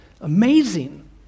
amazing